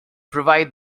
provide